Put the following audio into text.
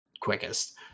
quickest